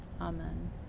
Amen